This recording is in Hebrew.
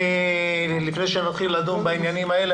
לפני שנתחיל לדון בעניינים האלה,